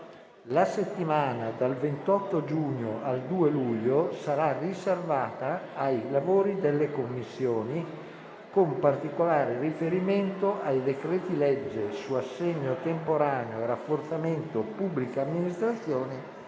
La settimana dal 28 giugno al 2 luglio sarà riservata ai lavori delle Commissioni, con particolare riferimento ai decreti-legge su assegno temporaneo, rafforzamento pubbliche amministrazioni